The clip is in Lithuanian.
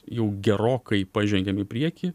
jau gerokai pažengėm į priekį